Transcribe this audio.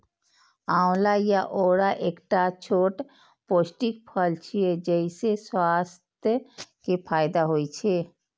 आंवला या औरा एकटा छोट पौष्टिक फल छियै, जइसे स्वास्थ्य के फायदा होइ छै